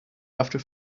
after